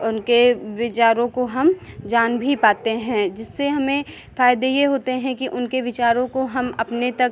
उनके विचारों को हम जान भी पाते हैं जिससे हमें फ़ायदे ये होते हैं कि उनके विचारों को हम अपने तक